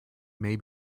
may